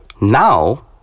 Now